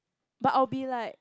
but I'll be like